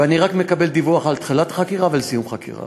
ואני רק מקבל דיווח על התחלת חקירה ועל סיום חקירה.